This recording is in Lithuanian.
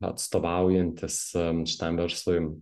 atstovaujantis štam verslui